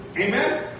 Amen